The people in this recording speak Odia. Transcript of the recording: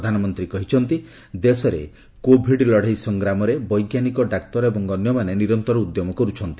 ପ୍ରଧାନମନ୍ତ୍ରୀ କହିଛନ୍ତି ଦେଶର କୋଭିଡ୍ ଲମେଇ ସଂଗ୍ରାମରେ ବୈଜ୍ଞାନିକ ଡାକ୍ତର ଏବଂ ଅନ୍ୟମାନେ ନିରନ୍ତର ଉଦ୍ୟମ କରୁଛନ୍ତି